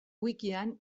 wikian